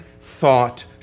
thought